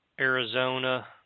arizona